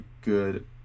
good